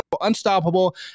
unstoppable